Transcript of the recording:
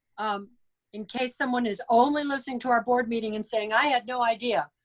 um in case someone is only listening to our board meeting and saying i had no idea,